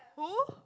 who